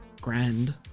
Grand